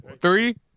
Three